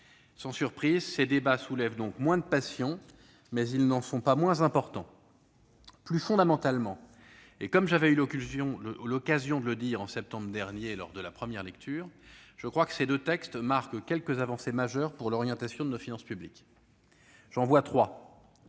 Sans surprise, ces débats soulèvent donc moins de passions que les textes budgétaires ordinaires, mais ils n'en sont pas moins importants. Plus fondamentalement, comme j'avais eu l'occasion de le dire en septembre dernier lors de la première lecture, je crois que ces deux textes marquent trois avancées majeures pour l'orientation de nos finances publiques. La première